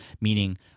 meaning